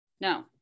no